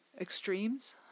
extremes